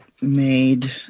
made